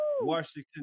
washington